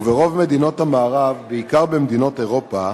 וברוב מדינות המערב, בעיקר במדינות אירופה,